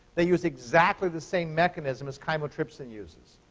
they use exactly the same mechanism as chymotrypsin uses.